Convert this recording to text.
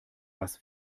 was